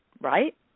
right